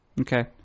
Okay